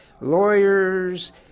lawyers